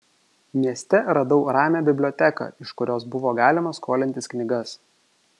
mieste radau ramią biblioteką iš kurios buvo galima skolintis knygas